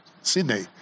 Sydney